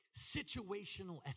Situational